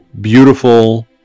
beautiful